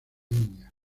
india